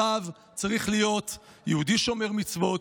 הרב צריך להיות יהודי שומר מצוות,